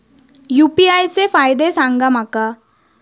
UPI चे फायदे सांगा माका?